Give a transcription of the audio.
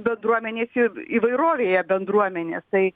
bendruomenės ir įvairovėje bendruomenės tai